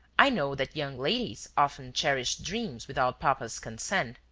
i know that young ladies often cherish dreams without papa's consent.